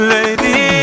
Lady